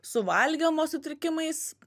su valgymo sutrikimais